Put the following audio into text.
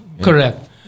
Correct